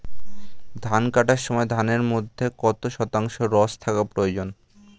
ধান কাটার সময় ধানের মধ্যে কত শতাংশ রস থাকা প্রয়োজন?